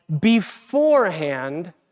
beforehand